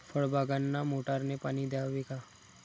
फळबागांना मोटारने पाणी द्यावे का?